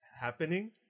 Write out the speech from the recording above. happening